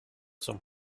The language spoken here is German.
zum